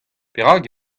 perak